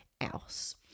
else